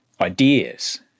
ideas